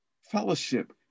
Fellowship